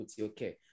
okay